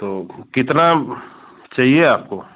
तो कितना चाहिए आपको